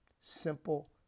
Simple